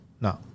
No